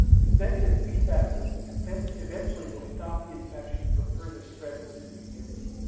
this negative feedback loop eventually will stop the infection from further spread within the community.